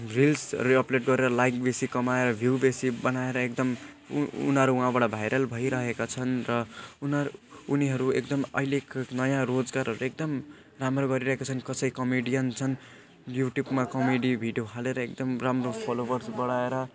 रिल्सहरू अपलोड गरेर लाइक बेसी कमाएर भ्युज बेसी बनाएर एकदम ऊ उनीहरू उहाँबाट भाइरल भइरहेका छन् र उनी उनीहरू एकदम अहिले नयाँ रोजगारहरू एकदम राम्रो गरिरहेका छन् कसै कमेडियन छन् युट्युबमा कमेडी भिडियो हालेर एकदम राम्रो फलोवर्स बढाएर